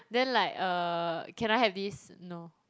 then like uh can I have this no